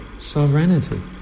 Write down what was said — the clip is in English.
sovereignty